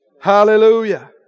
Hallelujah